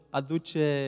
aduce